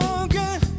again